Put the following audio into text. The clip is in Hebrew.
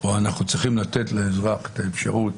אנחנו צריכים לתת לאזרח את האפשרות